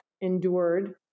endured